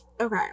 Okay